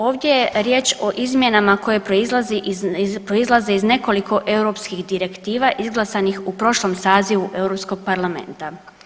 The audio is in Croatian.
Ovdje je riječ o izmjenama koje proizlaze iz nekoliko europskih direktiva izglasanih u prošlom sazivu Europskog parlamenta.